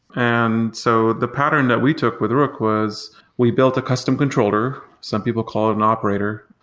and so the pattern that we took with rook was we built a custom controller, some people call it an operator,